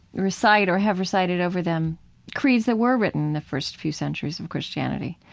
recite or have recited over them creeds that were written in the first few centuries of christianity.